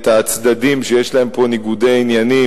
את הצדדים שיש להם פה ניגודי עניינים,